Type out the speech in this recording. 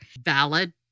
Valid